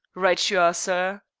right you are, sir.